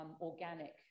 organic